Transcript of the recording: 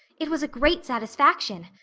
it was a great satisfaction.